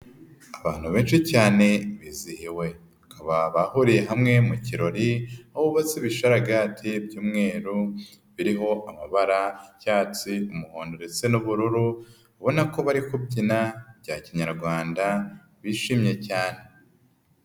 Abantu benshi cyane bizihiwe. Bakaba bahuriye hamwe mu kirori. Aho bubatse ibisharagati by'umweru, biriho amabara y'icyatsi, umuhondo ndetse n'ubururu. Ubona ko bari kubyina bya kinyarwanda bishimye cyane.